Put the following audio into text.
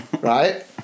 right